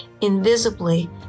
invisibly